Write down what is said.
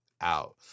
out